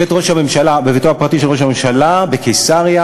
בביתו הפרטי של ראש הממשלה בקיסריה